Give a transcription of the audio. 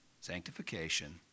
sanctification